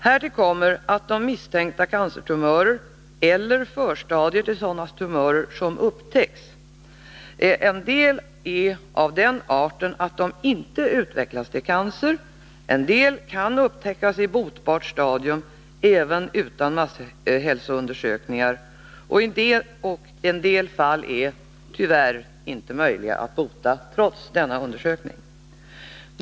Härtill kommer att av de misstänkta cancertumörer eller förstadier till sådana tumörer som upptäcks är en del av den arten att de inte utvecklas till cancer. En del kan upptäckas i botbart stadium även utan masshälsoundersökning, och en del fall är inte möjliga att bota, trots denna undersökning.